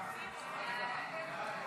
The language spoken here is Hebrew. הצעת סיעות העבודה,